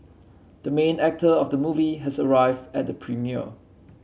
the main actor of the movie has arrived at the premiere